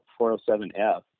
407f